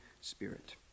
Spirit